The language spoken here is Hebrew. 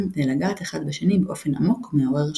ולגעת אחד בשני באופן עמוק ומעורר השראה".